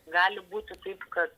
gali būti taip kad